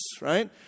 right